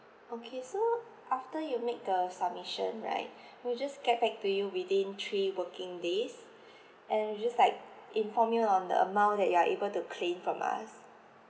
okay so after you make the submission right we'll just get back to you within three working days and we just like inform you on the amount that you are able to claim from us